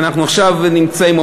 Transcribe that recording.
ואנחנו עכשיו נמצאים,